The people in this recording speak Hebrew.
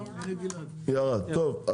ירד, טוב.